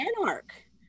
anarch